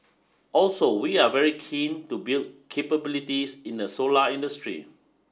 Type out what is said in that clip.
also we are very keen to build capabilities in the solar industry